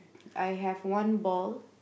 I have one ball